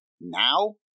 now